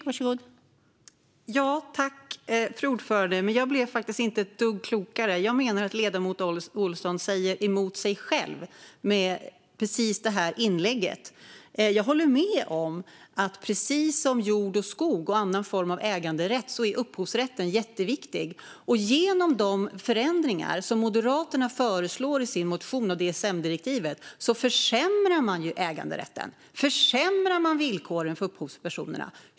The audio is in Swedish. Fru talman! Jag blev inte ett dugg klokare. Jag menar att ledamoten Olsson säger emot sig själv i sitt inlägg. Jag håller med om att precis som när det gäller jord och skog och annan form av äganderätt är upphovsrätten jätteviktig. Men genom de förändringar som Moderaterna föreslår i sin motion om DSM-direktivet försämras äganderätten och villkoren för upphovspersoner.